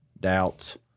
doubts